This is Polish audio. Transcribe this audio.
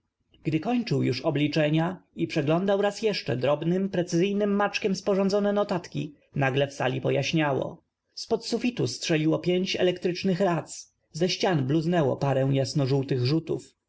dy kończył już obliczenia i przeglądał raz jeszcze drobnym precyzyjnym m aczkiem sporządzone notatki nagle w sali pojaśniało z pod sufitu strzeliło pięć elektrycznych rac ze ścian bluznęło parę jasnożółtych rz